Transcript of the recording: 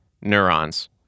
neurons